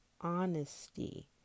honesty